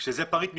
שזה פריט משטרה.